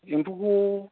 एम्फौखौ